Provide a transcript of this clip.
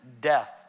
death